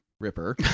Ripper